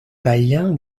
païens